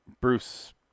Bruce